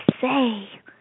say